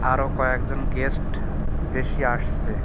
আরও কয়েকজন গেস্ট বেশি আসছে